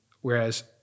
Whereas